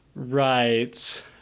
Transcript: right